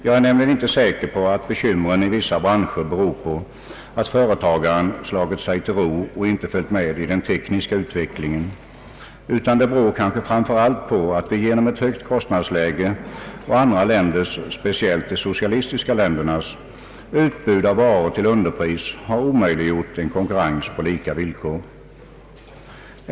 Jag är nämligen inte säker på att bekymren i vissa branscher beror på att företagarna slagit sig till ro och inte följt med den tekniska utvecklingen. De beror kanske framför allt på att ett högt kostnadsläge och andra länders, speciellt de socialistiska ländernas, utbud av varor till underpris har omöjliggjort konkurrens på lika villkor.